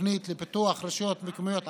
תוכנית לפיתוח רשויות מקומית ערביות,